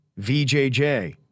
VJJ